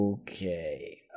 okay